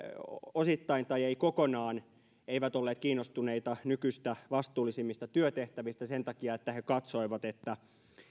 osittain tai eivät ollenkaan kiinnostuneita nykyistä vastuullisemmista työtehtävistä sen takia että he katsoivat että